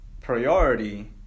priority